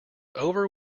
over